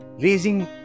raising